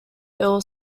ill